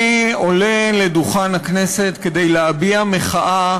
אני עולה לדוכן הכנסת כדי להביע מחאה